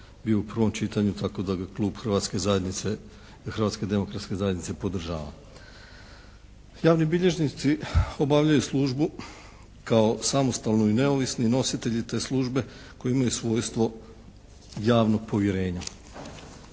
bio u prvom čitanju tako da ga Klub Hrvatske zajednice, Hrvatske demokratske zajednice podržava. Javni bilježnici obavljaju službu kao samostalni i neovisni nositelji te službe koji imaju svojstvo javnog povjerenja.